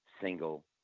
single